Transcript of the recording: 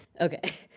Okay